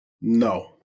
No